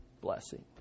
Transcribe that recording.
blessing